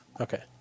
Okay